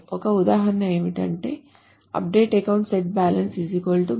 ఒక ఉదాహరణ ఏమిటంటే UPDATE account SET bal bal 1